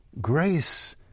Grace